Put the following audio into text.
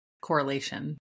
correlation